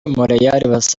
montreal